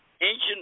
ancient